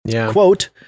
Quote